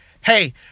Hey